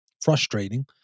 frustrating